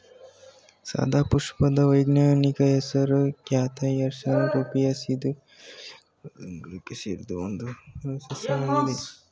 ಸದಾಪುಷ್ಪದ ವೈಜ್ಞಾನಿಕ ಹೆಸರು Catharanthus roseus ಇದು ಎಪೋಸೈನೇಸಿ ಕುಲಕ್ಕೆ ಸೇರಿದ್ದು ಒಂದು ಬಹುವಾರ್ಷಿಕ ಸಸ್ಯವಾಗಿದೆ